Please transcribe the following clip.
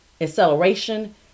acceleration